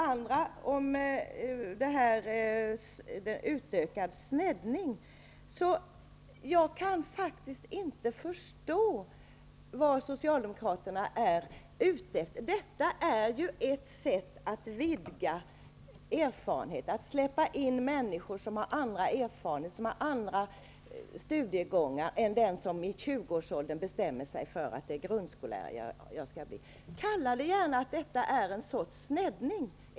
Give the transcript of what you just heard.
Beträffande utökad sneddning, kan jag faktiskt inte förstå vad Socialdemokraterna är ute efter. Att släppa in människor som har andra erfarenheter och andra studiegångar bakom sig än dem som i 20 årsåldern bestämmer sig för att bli grundskollärare är ju ett sätt att vidga erfarenheterna. Kalla det gärna för en sorts sneddning.